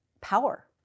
Power